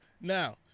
Now